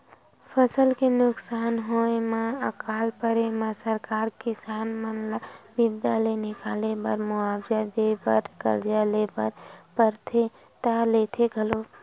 फसल के नुकसान होय म अकाल परे म सरकार किसान मन ल बिपदा ले निकाले बर मुवाजा देय बर करजा ले बर परथे त लेथे घलोक